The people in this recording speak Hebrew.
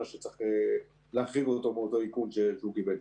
שצריך להחריג לו את הודעות האיכון שהוא קיבל.